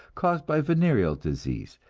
caused by venereal disease,